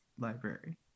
library